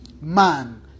man